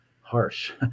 harsh